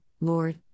Lord